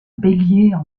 bélier